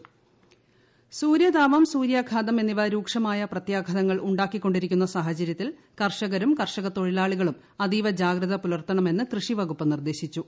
ജാഗ്രതാ നിർദ്ദേശം സൂര്യതാപം സൂര്യാഘാതം എന്നിവ രൂക്ഷമായ പ്രത്യാഘാതങ്ങൾ ഉണ്ടാക്കിക്കൊണ്ടിരിക്കുന്ന സാഹചര്യത്തിൽ കർഷകരും കർഷകത്തൊഴിലാളികളും അതീവ ജാഗ്രത പുലർത്തണമെന്ന് കൃഷിവകുപ്പ് നിർദ്ദേശിച്ചു